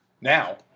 now